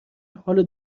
حال